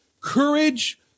Courage